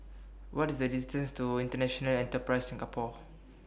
What IS The distance to International Enterprise Singapore